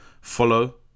follow